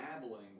dabbling